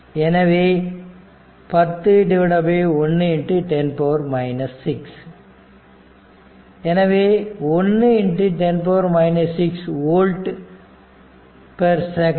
எனவே 101 10 6 எனவே இது 1 10 6 ஓல்ட் செகண்ட்